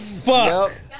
Fuck